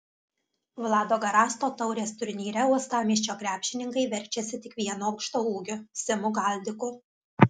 vlado garasto taurės turnyre uostamiesčio krepšininkai verčiasi tik vienu aukštaūgiu simu galdiku